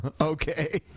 Okay